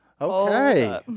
okay